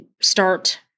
start